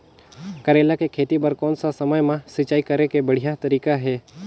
करेला के खेती बार कोन सा समय मां सिंचाई करे के बढ़िया तारीक हे?